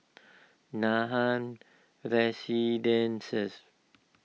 Nathan Residences